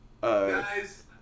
Guys